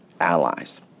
allies